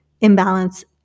imbalance